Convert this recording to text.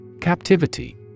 Captivity